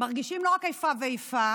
מרגישים לא רק איפה ואיפה,